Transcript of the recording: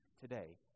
today